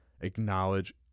acknowledge